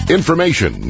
Information